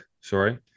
sorry